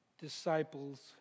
disciple's